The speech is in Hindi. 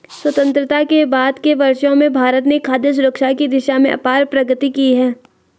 स्वतंत्रता के बाद के वर्षों में भारत ने खाद्य सुरक्षा की दिशा में अपार प्रगति की है